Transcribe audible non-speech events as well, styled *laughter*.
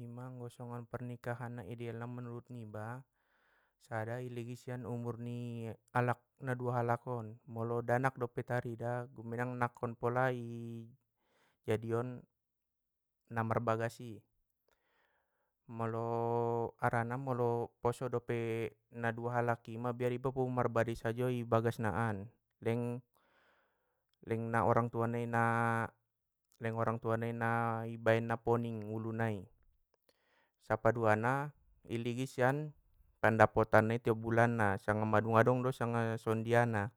Ima anggo songon pernikahan na ideal menurut niba, sada i ligin sian umur ni alak na dua halak on molo danak dope tarida, dengenan nangkon pola i jadi on, na marbagas i molo *hesitation* harana molo poso dope na dua alak i ma mabiar iba marbadai sajo i bagas na an, leng- leng na orang tua nai na- leng orang tua nai na i baen na poning ulu nai. Sappadua na, iligin sian pandapotan nai tiap bulan na sanga mandung adong do sanga songondia na,